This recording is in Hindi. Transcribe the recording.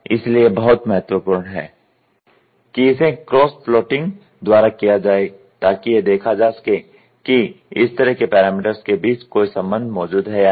इसलिए यह बहुत महत्वपूर्ण है कि इसे क्रॉस प्लॉटिंग द्वारा किया जाए ताकि यह देखा जा सके कि इस तरह के पैरामीटर्स के बीच कोई संबंध मौजूद है या नहीं